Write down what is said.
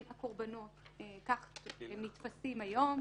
הם הקורבנות, כך הם נתפסים היום.